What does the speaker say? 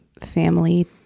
family